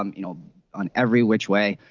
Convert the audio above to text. um you know on every which way.